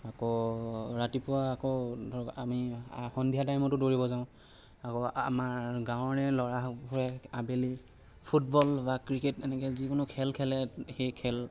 আকৌ ৰাতিপুৱা আকৌ ধৰক আমি সন্ধিয়া টাইমতো দৌৰিব যাওঁ আকৌ আমাৰ গাঁৱৰে ল'ৰাবোৰে আবেলি ফুটবল বা ক্ৰিকেট এনেকৈ যিকোনো খেল খেলে সেই খেল